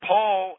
Paul